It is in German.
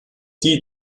die